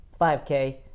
5K